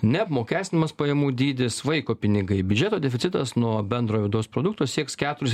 neapmokestinamas pajamų dydis vaiko pinigai biudžeto deficitas nuo bendrojo vidaus produkto sieks keturis